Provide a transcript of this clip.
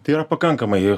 tai yra pakankamai